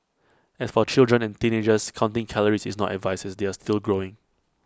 as for children and teenagers counting calories is not advised as they are still growing